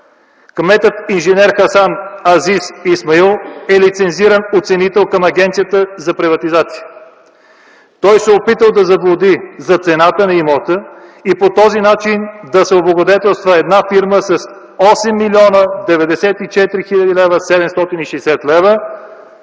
Кметът инж. Хасан Азис Исмаил е лицензиран оценител към Агенцията за приватизация. Той се е опитал да заблуди за цената на имота и по този начин да се облагодетелства една фирма с 8 млн. 94 хил. 760 лв.